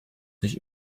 nicht